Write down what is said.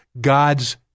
God's